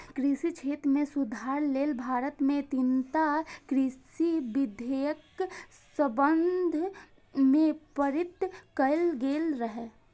कृषि क्षेत्र मे सुधार लेल भारत मे तीनटा कृषि विधेयक संसद मे पारित कैल गेल रहै